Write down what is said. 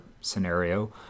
scenario